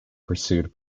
pursued